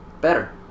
better